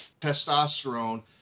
testosterone